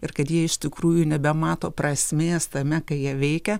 ir kad jie iš tikrųjų nebemato prasmės tame ką jie veikia